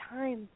time